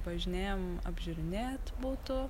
važinėjom apžiūrinėt butų